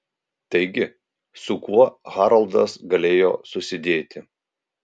taigi su kuo haroldas galėjo susidėti